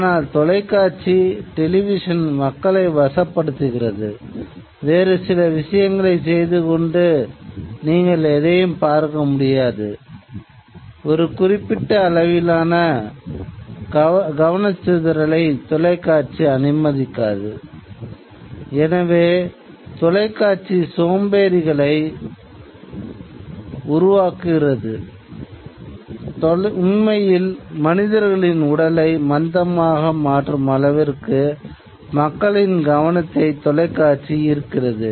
ஆனால் தொலைக்காட்சி ஈர்க்கிறது